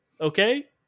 Okay